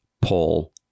Paul